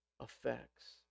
effects